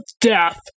death